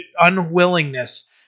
unwillingness